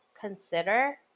consider